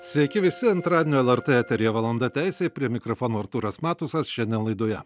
sveiki visi antradienio lrt eteryje valanda taisai prie mikrofono artūras matusas šiandien laidoje